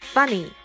Funny